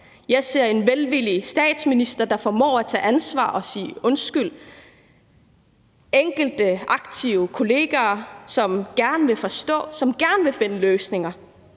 Jeg ser en velvillig statsminister, der formår at tage ansvar og sige undskyld, og enkelte aktive kollegaer, som gerne vil forstå, og som gerne